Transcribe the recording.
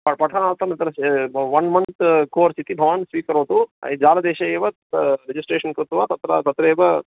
प पठनार्थं तत्र वन् मन्त् कोर्स् इति भवान् स्वीकरोतु जालदेशे एव रिजिस्ट्रेशन् कृत्वा तत्र तत्रैव